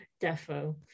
Defo